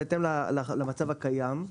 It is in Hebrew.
בהתאם למצב הקיים.